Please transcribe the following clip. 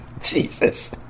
Jesus